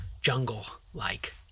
jungle-like